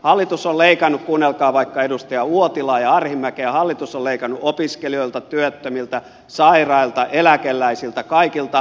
hallitus on leikannut kuunnelkaa vaikka edustaja uotilaa ja edustaja arhinmäkeä opiskelijoilta työttömiltä sairailta eläkeläisiltä kaikilta